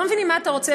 לא מבינים מה אתה רוצה,